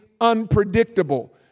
unpredictable